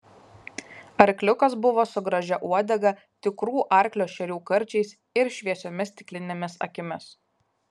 arkliukas buvo su gražia uodega tikrų arklio šerių karčiais ir šviesiomis stiklinėmis akimis